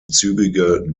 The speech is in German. zügige